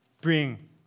bring